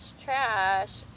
trash